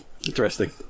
Interesting